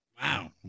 Wow